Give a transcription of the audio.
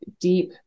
deep